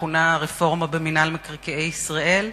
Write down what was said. המכונה הרפורמה במינהל מקרקעי ישראל.